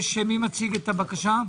מבקש להציג את הבקשה.